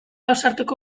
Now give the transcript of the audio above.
ausartuko